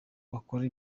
bakora